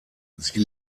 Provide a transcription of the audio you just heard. sie